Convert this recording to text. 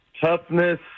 toughness